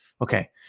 Okay